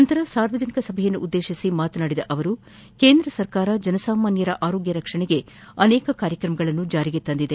ನಂತರ ಸಾರ್ವಜನಿಕ ಸಭೆಯನ್ನು ಉದ್ದೇಶಿಸಿ ಮಾತನಾಡಿದ ಅವರು ಕೇಂದ್ರ ಸರ್ಕಾರ ಜನಸಾಮಾನ್ಲರ ಆರೋಗ್ಲ ರಕ್ಷಣೆಗೆ ಅನೇಕ ಕಾರ್ಯಕ್ರಮಗಳನ್ನು ಜಾರಿಗೆ ತಂದಿದೆ